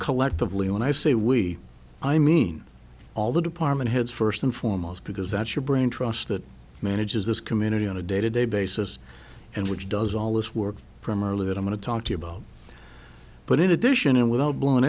collectively when i say we i mean all the department heads first and foremost because that's your brain trust that manages this community on a day to day basis and which does all this work from our live it i'm going to talk to you about it but in addition and without blowing